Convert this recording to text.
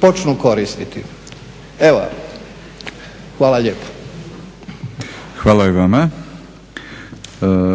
**Batinić, Milorad (HNS)** Hvala i vama.